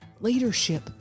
Leadership